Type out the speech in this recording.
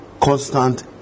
constant